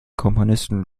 komponisten